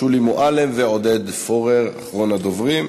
שולי מועלם ועודד פורר, אחרון הדוברים.